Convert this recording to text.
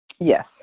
Yes